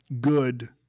good